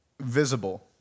visible